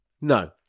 No